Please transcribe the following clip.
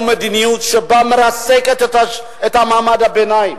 מדיניות שבה היא מרסקת את מעמד הביניים.